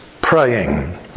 praying